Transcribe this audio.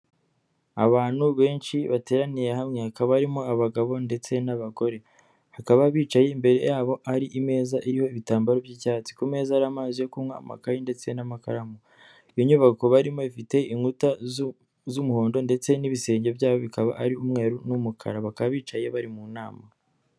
Abantu benshi bateraniye hamwe, hakabamo abagabo ndetse n'abagore, hakaba bicaye imbere yabo hari imeza iriho ibitambaro by'icyatsi, ku meza hariho amazi yo kunywa, amakayi ndetse n'amakaramu, iyo nyubako barimo ifite inkuta z'umuhondo ndetse n'ibisenge byayo bikaba ari umweru n'umukara, bakaba bicaye bari mu nama.